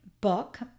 book